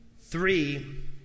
Three